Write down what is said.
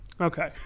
Okay